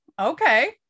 okay